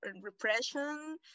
repression